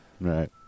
Right